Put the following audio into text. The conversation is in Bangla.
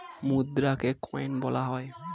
মুদ্রাকে কয়েন বলা হয়